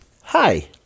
Hi